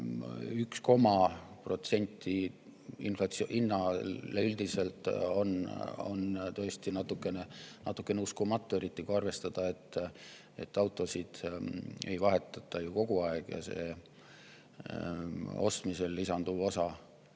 protsenti hinna[lisa] on tõesti natuke uskumatu, eriti kui arvestada, et autosid ei vahetata ju kogu aeg ja see ostmisel lisanduv